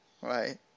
right